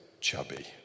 chubby